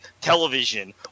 television